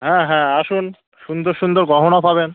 হ্যাঁ হ্যাঁ আসুন সুন্দর সুন্দর গহনা পাবেন